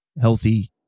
healthy